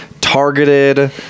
targeted